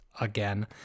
again